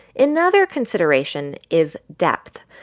another consideration is depth.